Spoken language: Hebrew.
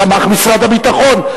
תמך משרד הביטחון.